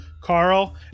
Carl